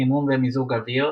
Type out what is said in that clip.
חימום ומיזוג אוויר,